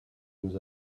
nous